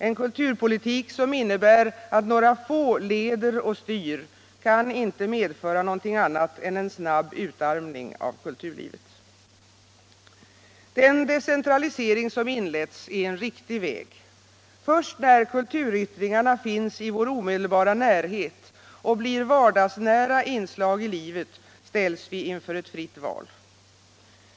En kulturpolitik som innebär att några få leder och styr kan inte medföra något annat än en snabb utarmning av kulturlivet. Den decentralisering som inletts är en riktig väg —- först när kulturyttringarna finns i vår omedelbara närhet och blir vardagsnära inslag i livet ställs vi inför ett fritt val.